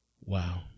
Wow